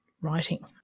writing